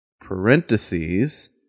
Parentheses